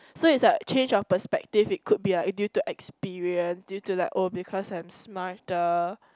so it's like change of perspective it could be like due to experience due to like oh because I'm smarter